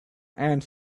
and